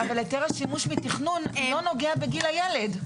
אבל היתר השימוש מתכנון לא נוגע בגיל הילד.